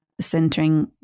centering